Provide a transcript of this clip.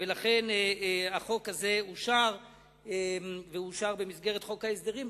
ולכן החוק הזה אושר ואושר במסגרת חוק ההסדרים.